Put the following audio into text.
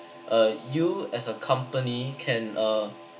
uh you as a company can uh